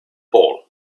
ball